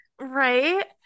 right